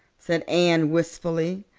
said anne wistfully.